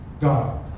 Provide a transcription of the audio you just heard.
God